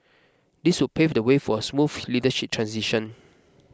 this would pave the way for a smooth leadership transition